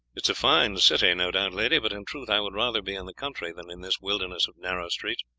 it is a fine city, no doubt, lady, but in truth i would rather be in the country than in this wilderness of narrow streets.